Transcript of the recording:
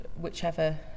whichever